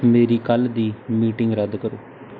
ਮੇਰੀ ਕੱਲ੍ਹ ਦੀ ਮੀਟਿੰਗ ਰੱਦ ਕਰੋ